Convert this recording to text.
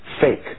fake